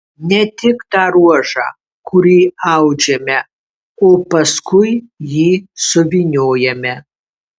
ne tik tą ruožą kurį audžiame o paskui jį suvyniojame